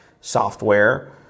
software